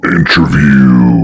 Interview